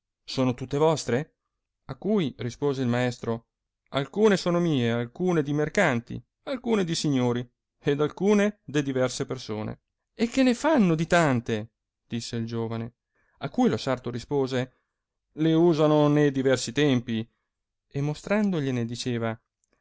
sono tutte vostre a cui rispose il maestro alcune sono mie alcune di mercatanti alcune di signori ed alcune de diverse persone e che ne fanno di tante disse il giovane a cui lo sarto rispose le usano ne diversi tempi e mostrandogliene diceva